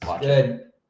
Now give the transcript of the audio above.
Good